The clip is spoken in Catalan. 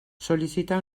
sol·licita